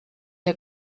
der